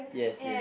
yes yes